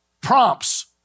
Prompts